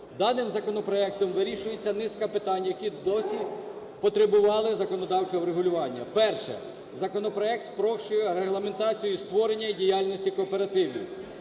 Даним законопроектом вирішується низка питань, які досі потребували законодавчого врегулювання. Перше. Законопроект спрощує регламентацію і створення діяльності кооперативів,